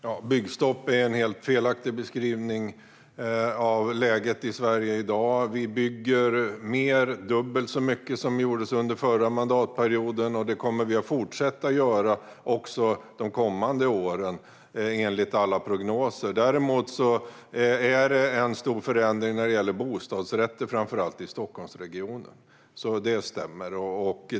Herr talman! Byggstopp är en helt felaktig beskrivning av läget i Sverige i dag. Vi bygger mer - dubbelt så mycket - än vad som gjordes under förra mandatperioden. Enligt alla prognoser kommer vi att fortsätta göra det under kommande år. Däremot har det blivit en stor förändring när det gäller bostadsrätter i framför allt Stockholmsregionen. Det stämmer.